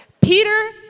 Peter